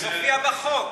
זה מופיע בחוק.